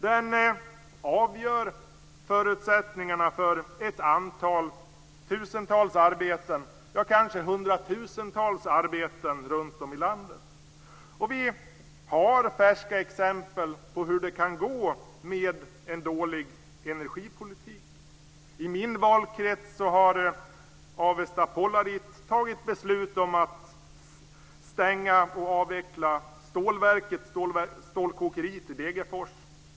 Den avgör förutsättningarna för tusentals eller kanske hundratusentals arbeten runtom i landet. Vi har färska exempel på hur det kan gå med en dålig energipolitik. I min valkrets har Avesta Polarit fattat beslut om att stänga och avveckla stålkokeriet i Degerfors.